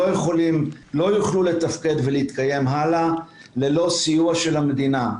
לא יוכלו לתפקד ולהתקיים הלאה ללא סיוע של המדינה.